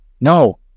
No